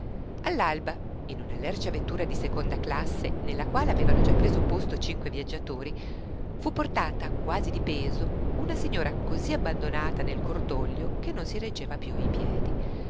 all'alba in una lercia vettura di seconda classe nella quale avevano già preso posto cinque viaggiatori fu portata quasi di peso una signora così abbandonata nel cordoglio che non si reggeva più in piedi